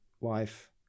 wife